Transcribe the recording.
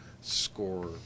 score